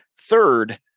Third